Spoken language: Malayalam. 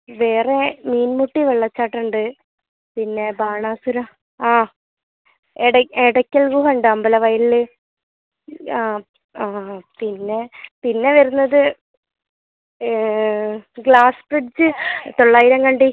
വേറെ മീൻമുട്ടി വെള്ളച്ചാട്ടമുണ്ട് പിന്നേ ബാണാസുര ആ ഇടക്കൽ ഗുഹയുണ്ട് അമ്പലവയലിൽ ആ ആ പിന്നെ പിന്നെ വരുന്നത് ഗ്ലാസ് ബ്രിഡ്ജ് തൊള്ളായിരംകണ്ടി